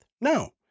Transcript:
No